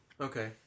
okay